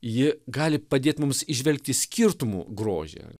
ji gali padėt mums įžvelgti skirtumų grožį